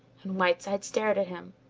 and whiteside stared at him.